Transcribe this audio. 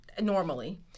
normally